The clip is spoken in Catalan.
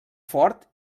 fort